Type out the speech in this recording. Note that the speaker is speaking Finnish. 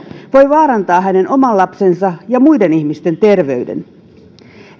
voi vaarantaa hänen oman lapsensa ja muiden ihmisten terveyden